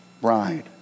bride